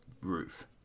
roof